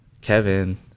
Kevin